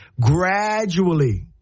Gradually